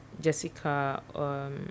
Jessica